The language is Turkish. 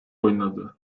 oynadı